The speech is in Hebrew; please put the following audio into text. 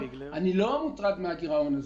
אני לא מוטרד מהגירעון הזה,